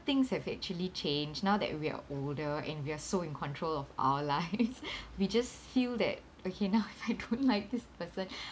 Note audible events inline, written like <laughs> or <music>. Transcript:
things have actually change now that we're older and we are so in control of our lives <laughs> <breath> we just feel that okay now <laughs> if I don't like this person <breath>